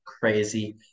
crazy